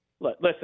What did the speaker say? listen